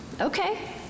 Okay